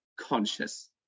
conscious